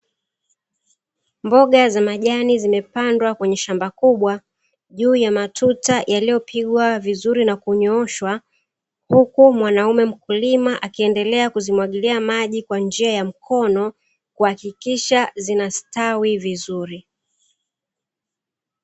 Mboga za majani zimepandwa kwenye shamba kubwa juu ya matuta yaliyopigwa vizuri na kunyooshwa huku mwanaume mkulima akiendelea kuzimwagilia maji kwa njia ya mkono kuhakikisha zinastawi vizuri.